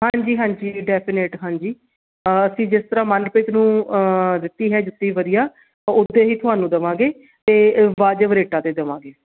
ਹਾਂਜੀ ਹਾਂਜੀ ਡੈਫੀਨੇਟ ਹਾਂਜੀ ਅਸੀਂ ਜਿਸ ਤਰ੍ਹਾਂ ਮਨਪ੍ਰੀਤ ਨੂੰ ਦਿੱਤੀ ਹੈ ਜੁੱਤੀ ਵਧੀਆ ਉੱਦਾਂ ਹੀ ਤੁਹਾਨੂੰ ਦੇਵਾਂਗੇ ਅਤੇ ਵਾਜਿਬ ਰੇਟਾਂ 'ਤੇ ਦੇਵਾਂਗੇ